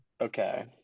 Okay